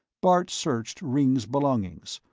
bart searched ringg's belongings,